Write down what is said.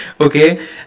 Okay